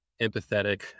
empathetic